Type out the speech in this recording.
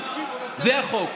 זה החוק.